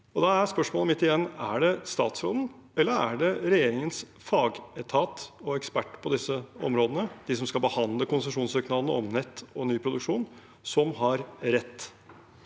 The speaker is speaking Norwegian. Da er spørsmålet mitt igjen: Er det statsråden eller er det regjeringens fagetat og ekspert på disse områdene, de som skal behandle konsesjonssøknadene om nett og ny produksjon, som har rett?